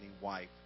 wife